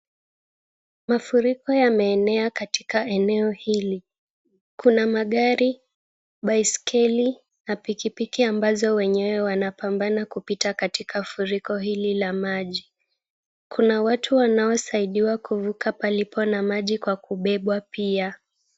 Mafuriko yameenea katika eneo hili. Kuna magari, baiskeli na pikipiki ambazo wenyewe wanapambana kupita katika furiko hili la maji. Kuna watu wanaosaidiwa kuvuka palipo na maji kwa kubebwa pia.